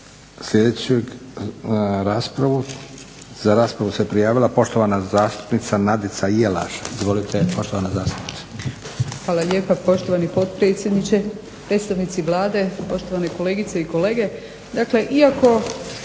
sljedeću raspravu. Za raspravu se prijavila poštovana zastupnica Nadica Jelaš. Izvolite poštovana zastupnice. **Jelaš, Nadica (SDP)** Hvala lijepa, poštovani potpredsjedniče. Predstavnici Vlade, poštovane kolegice i kolege.